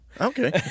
Okay